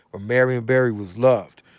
where marion barry was loved.